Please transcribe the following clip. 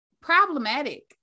problematic